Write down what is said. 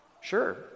Sure